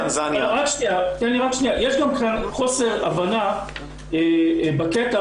יש גם חוסר הבנה בקטע,